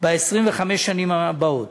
ב-25 השנים הבאות.